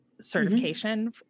certification